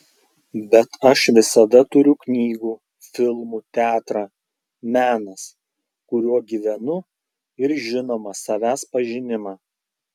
bet aš visada turiu knygų filmų teatrą menas kuriuo gyvenu ir žinoma savęs pažinimą